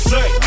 Say